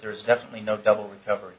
there is definitely no double recovery